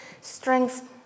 strength